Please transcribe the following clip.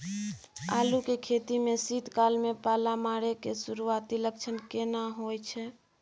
आलू के खेती में शीत काल में पाला मारै के सुरूआती लक्षण केना होय छै?